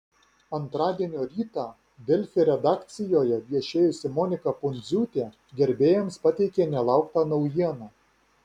antradienio rytą delfi redakcijoje viešėjusi monika pundziūtė gerbėjams pateikė nelauktą naujieną